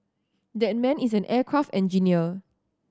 that man is an aircraft engineer